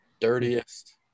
dirtiest